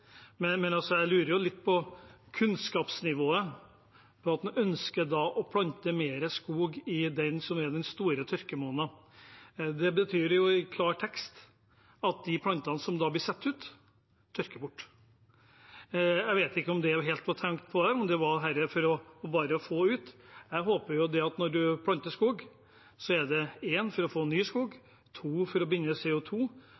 men dette synes jeg er en meget dårlig merknad. Om de hadde skrevet at de åpnet for høstplanting, hadde jeg i større grad forstått det. Jeg lurer litt på kunnskapsnivået når en ønsker å plante mer skog i det som er den store tørkemåneden. Det betyr i klartekst at de plantene som blir satt ut, tørker bort. Jeg vet ikke om det i det hele tatt var tenkt på det, eller om dette bare var for å få plantene ut. Jeg håper at når en planter skog, er det